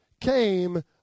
came